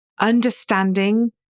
understanding